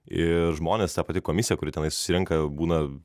ir žmonės ta pati komisija kuri tenai susirenka būna